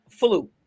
flu